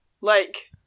Like-